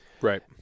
Right